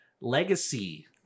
Legacy